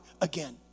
again